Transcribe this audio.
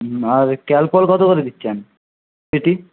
আর Calpol কত করে দিচ্ছেন পেটি